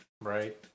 Right